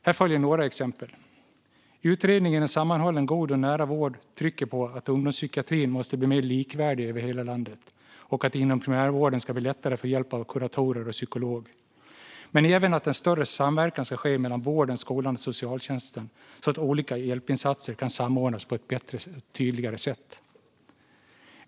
Här följer några exempel: Utredningen om en sammanhållen god och nära vård för barn och unga trycker på att ungdomspsykiatrin måste bli mer likvärdig över hela landet och att det inom primärvården ska bli lättare att få hjälp av kuratorer och psykologer, men även på att en större samverkan ska ske mellan vården, skolan och socialtjänsten så att olika hjälpinsatser kan samordnas på ett bättre och tydligare sätt.